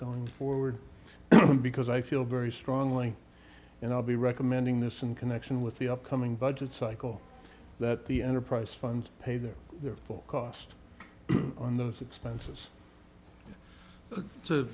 going forward because i feel very strongly and i'll be recommending this in connection with the upcoming budget cycle that the enterprise fund pay their their full cost on those expenses